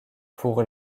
pour